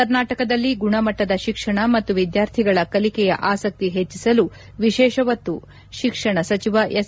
ಕರ್ನಾಟಕದಲ್ಲಿ ಗುಣಮಟ್ಟದ ಶಿಕ್ಷಣ ಮತ್ತು ವಿದ್ಕಾರ್ಥಿಗಳ ಕಲಿಕೆಯ ಆಸಕ್ತಿ ಹೆಚ್ಚಿಸಲು ವಿಶೇಷ ಒತ್ತು ಶಿಕ್ಷಣ ಸಚಿವ ಎಸ್